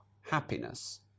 happiness